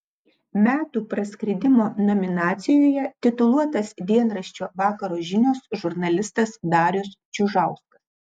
metų praskridimo nominacijoje tituluotas dienraščio vakaro žinios žurnalistas darius čiužauskas